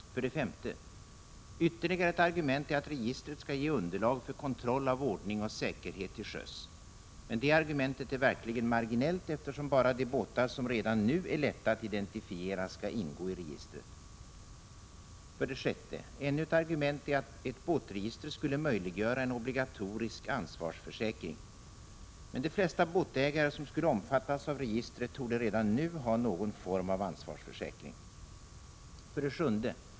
5. Ytterligare ett argument är att registret skall ge underlag för kontroll av ordning och säkerhet till sjöss. Men det argumentet är verkligen marginellt, eftersom bara de båtar som redan nu är lätta att identifiera skall ingå i registret. 6. Ännu ett argument är att ett båtregister skulle möjliggöra en obligatorisk ansvarsförsäkring. Men de flesta båtägare som skulle omfattas av registret torde redan nu ha någon form av ansvarsförsäkring. 7.